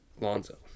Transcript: Lonzo